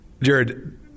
Jared